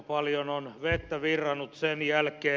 paljon on vettä virrannut sen jälkeen